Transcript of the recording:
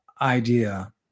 idea